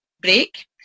break